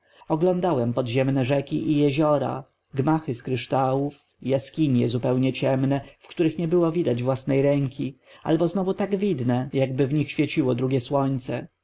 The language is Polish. oglądałem podziemne rzeki i jeziora gmachy z kryształów jaskinie zupełnie ciemne w których nie było widać własnej ręki albo znowu tak widne jakby w nich świeciło drugie słońce